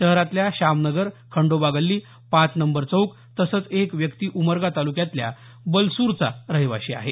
शहरातल्या शामनगर खंडोबा गल्ली पाच नंबर चौक तसंच एक व्यक्ती उमरगा तालुक्यातल्या बलसुरचा रहिवाशी आहे